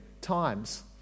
times